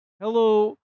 Hello